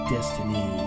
Destiny